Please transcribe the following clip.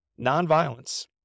nonviolence